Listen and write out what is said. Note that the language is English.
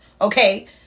Okay